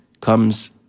comes